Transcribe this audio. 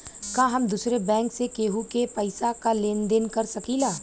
का हम दूसरे बैंक से केहू के पैसा क लेन देन कर सकिला?